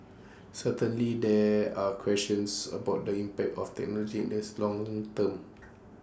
certainly there are questions about the impact of technology in this long term